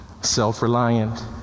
self-reliant